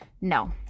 No